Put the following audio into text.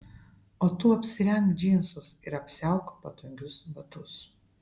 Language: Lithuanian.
o tu apsirenk džinsus ir apsiauk patogius batus